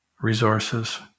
resources